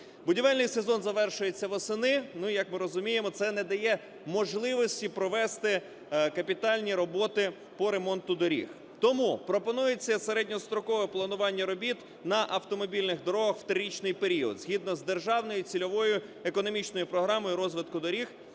Будівельний сезон завершується восени, як ми розуміємо це не дає можливості провести капітальні роботи по ремонту доріг. Тому пропонується середньострокове планування робіт на автомобільних дорогах в трирічний період згідно з державною цільовою економічною програмою розвитку доріг,